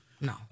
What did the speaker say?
No